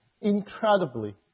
incredibly